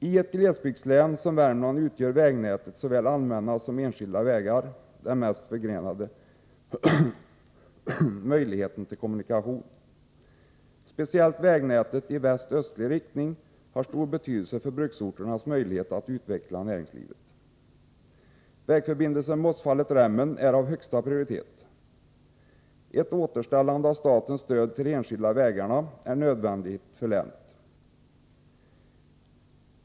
I ett glesbygdslän som Värmland utgör vägnätet, såväl allmänna som enskilda vägar, den mest förgrenade möjligheten till kommunikation. Speciellt vägnätet i väst-östlig riktning har stor betydelse för bruksorternas möjlighet att utveckla näringslivet. Vägförbindelsen Mossfallet-Rämen är av högsta prioritet. Ett återställande av statens stöd till de enskilda vägarna är en nödvändighet för länet.